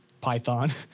python